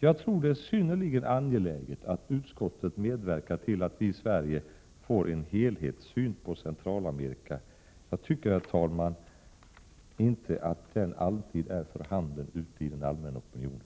Det är enligt min mening synnerligen angeläget att utskottet medverkar till att vi i Sverige får en helhetssyn på Centralamerika. Jag tycker, herr talman, inte att den alltid är för handen ute i den allmänna opinionen.